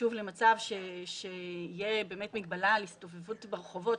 שוב למצב שתהיה מגבלה על הסתובבות ברחובות,